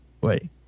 wait